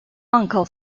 uncle